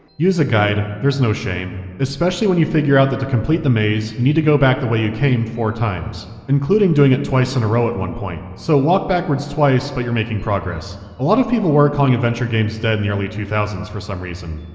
use a guide, there's no shame. especially when you figure out that, to complete the maze, you need to go back the way you came four times, including doing it twice in a row at one point. so, walk backwards twice, but you're making progress. a lot of people were calling adventure games dead in the early two thousand s for some reason,